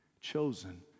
chosen